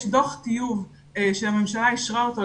יש דוח טיוב שהממשלה אישרה אותו,